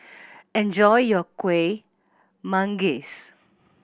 enjoy your Kueh Manggis